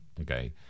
Okay